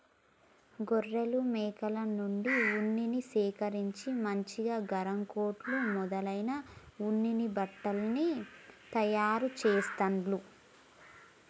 గొర్రెలు మేకల నుండి ఉన్నిని సేకరించి మంచిగా గరం కోట్లు మొదలైన ఉన్ని బట్టల్ని తయారు చెస్తాండ్లు